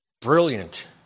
Brilliant